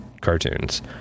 cartoons